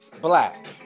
Black